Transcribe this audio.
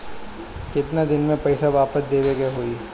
केतना दिन में पैसा वापस देवे के होखी?